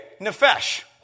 Nefesh